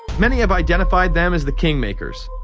many have identified them as the king makers,